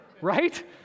right